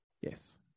Yes